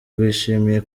rwishimiye